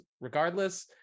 regardless